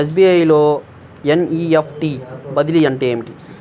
SBI లో NEFT బదిలీ అంటే ఏమిటి?